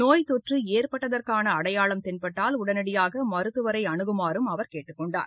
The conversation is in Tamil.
நோய்த்தொற்று ஏற்பட்டதற்கான அடையாளம் தென்பட்டால் உடனடியாக மருத்துவரை அனுகுமாறும் அவர் கேட்டுக் கொண்டார்